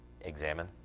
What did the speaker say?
examine